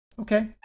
Okay